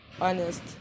honest